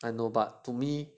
I know but to me